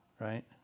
Right